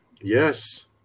Yes